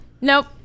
Nope